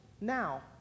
now